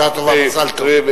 בשעה טובה ומזל טוב.